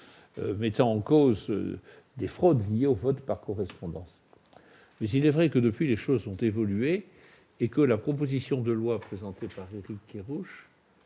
mettant en cause des fraudes liées au vote par correspondance. Il est vrai que les choses ont évolué depuis lors et que la proposition de loi présentée par Éric Kerrouche